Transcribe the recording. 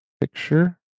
picture